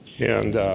and